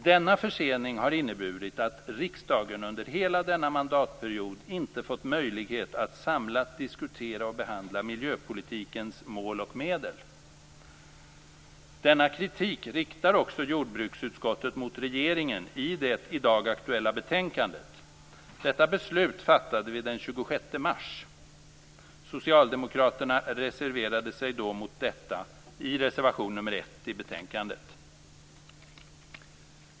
Denna försening har inneburit att riksdagen under hela denna mandatperiod inte har fått möjlighet att samlat diskutera och behandla miljöpolitikens mål och medel. Denna kritik riktar också jordbruksutskottet mot regeringen i det i dag aktuella betänkandet. Beslutet fattade vi den 26 mars. Socialdemokraterna reserverade sig mot detta i reservation nr 1 till betänkandet.